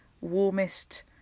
warmest